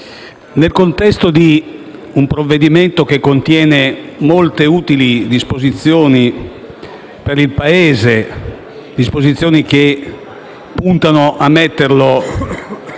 nel contesto di un provvedimento che contiene molte utili disposizioni per il Paese che puntano a metterlo